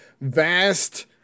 vast